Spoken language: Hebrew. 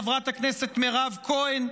חברת הכנסת מירב כהן,